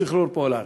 בשחרור פולארד,